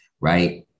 Right